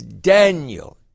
Daniel